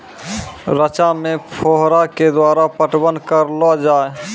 रचा मे फोहारा के द्वारा पटवन करऽ लो जाय?